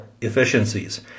efficiencies